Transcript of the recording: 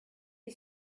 est